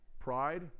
Pride